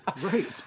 right